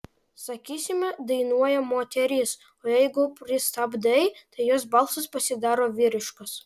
sakysime dainuoja moteris o jeigu pristabdai tai jos balsas pasidaro vyriškas